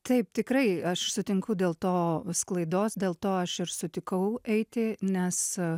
taip tikrai aš sutinku dėl to sklaidos dėl to aš ir sutikau eiti nes